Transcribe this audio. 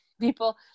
people